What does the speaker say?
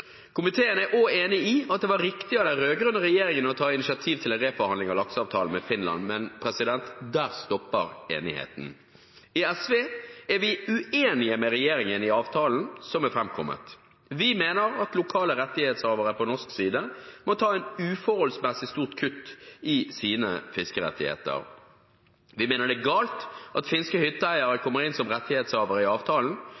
Komiteen er også enig i at det var riktig av den rød-grønne regjeringen å ta initiativ til en reforhandling av lakseavtalen med Finland, men der stopper enigheten. I SV er vi uenig med regjeringen i avtalen som er framkommet. Vi mener at lokale rettighetshavere på norsk side må ta et uforholdsmessig stort kutt i sine fiskerettigheter. Vi mener det er galt at finske